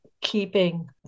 keeping